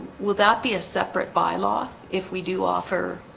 will that be a separate bylaw if we do offer?